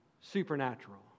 Supernatural